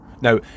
Now